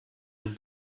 den